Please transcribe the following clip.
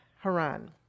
Haran